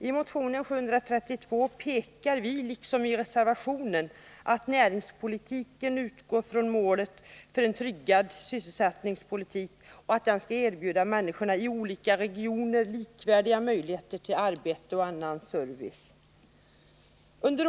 I motion 732 pekar vi, liksom i reservationen, på att näringspolitiken måste utgå från att målet för en tryggad sysselsättningspolitik skall vara att erbjuda människorna i olika regioner likvärdiga möjligheter till arbete och service.